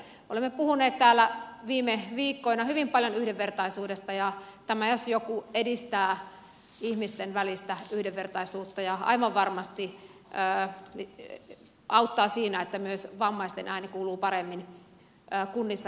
olemme puhuneet täällä viime viikkoina hyvin paljon yhdenvertaisuudesta ja tämä jos joku edistää ihmisten välistä yhdenvertaisuutta ja aivan varmasti auttaa siinä että myös vammaisten ääni kuuluu paremmin kunnissa